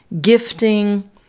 Gifting